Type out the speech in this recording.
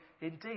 indeed